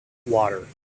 water